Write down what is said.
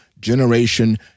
generation